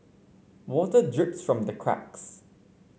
water drips from the cracks